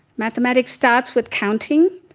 mathematics starts with counting,